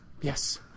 Yes